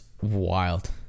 wild